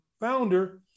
founder